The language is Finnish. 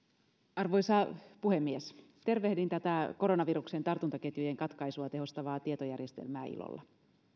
arvoisa puhemies tervehdin tätä koronaviruksen tartuntaketjujen katkaisua tehostavaa tietojärjestelmää ilolla